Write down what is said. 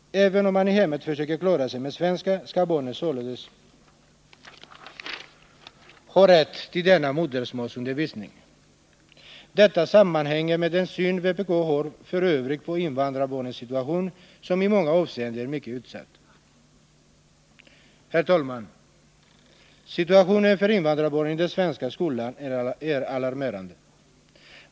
Även om mani hemmet försöker klara sig med svenska, skall barnen således ha rätt till denna modersmålsundervisning. Detta sammanhänger med den syn vpk för övrigt har på invandrarbarnens situation, som i många avseenden är mycket utsatt. Herr talman! Situationen för invandrarbarnen i den svenska skolan är alarmerande.